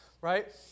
right